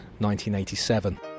1987